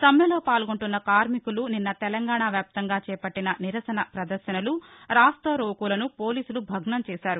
సమ్మెలో పాల్గొంటున్న కార్మికులు నిన్న తెంగాణ వ్యాప్తంగా చేపల్టిన నిరసన పదర్భనలు రాస్తారోకోలను పోలీసులు భగ్నం చేశారు